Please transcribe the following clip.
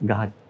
God